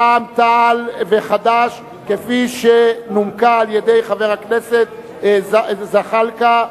רע"ם-תע"ל וחד"ש כפי שנומקה על-ידי חבר הכנסת זחאלקה.